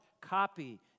copy